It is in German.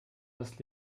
das